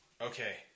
Okay